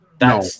No